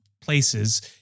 places